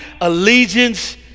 allegiance